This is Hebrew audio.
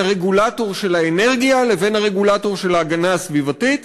הרגולטור של האנרגיה לבין הרגולטור של ההגנה הסביבתית,